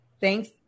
thanks